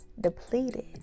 depleted